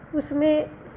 उसमें